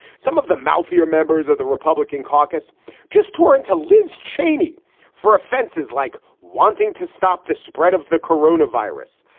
some of the mouth here, members of the republican caucus just tore into liz cheney for offenses like wanting to stop the spread of the corona virus.